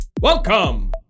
Welcome